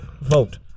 Vote